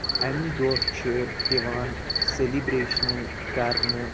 اَمہِ دۄہ چھِ یِوان سٮ۪لِبریشنہٕ کرنہٕ